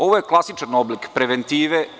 Ovo je klasičan oblik preventive.